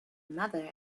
mother